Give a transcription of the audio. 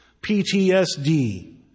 PTSD